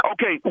Okay